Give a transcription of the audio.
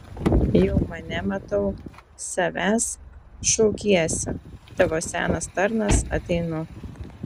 jau mane matau savęsp šaukiesi tavo senas tarnas ateinu